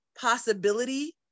possibility